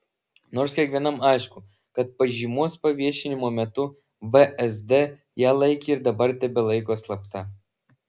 nors kiekvienam aišku kad pažymos paviešinimo metu vsd ją laikė ir dabar tebelaiko slapta